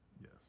yes